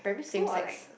same sex